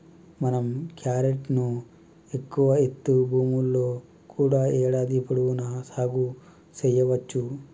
మనం క్యారెట్ ను ఎక్కువ ఎత్తు భూముల్లో కూడా ఏడాది పొడవునా సాగు సెయ్యవచ్చు